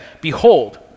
behold